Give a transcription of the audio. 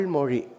Mori